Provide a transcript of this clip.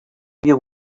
you